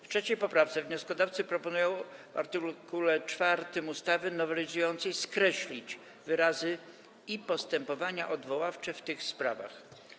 W 3. poprawce wnioskodawcy proponują w art. 4 ustawy nowelizującej skreślić wyrazy „i postępowania odwoławcze w tych sprawach”